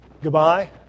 Goodbye